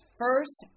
first